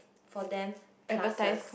for them classes